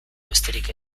besterik